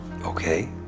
Okay